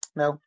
no